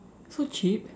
so cheap